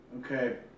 Okay